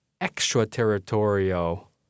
extraterritorial